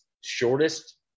shortest